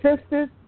sisters